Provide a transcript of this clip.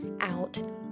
out